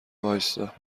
وایستا